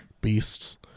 beasts